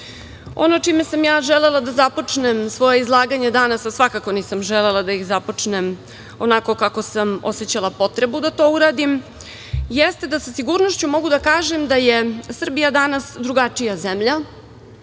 Ono čime sam ja želela da započnem svoje izlaganje danas, a svakako nisam želela da započnem onako kako sam osećala potrebu da to uradim, jeste da sa sigurnošću mogu da kažem da je Srbija danas drugačija zemlja,